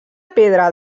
pedra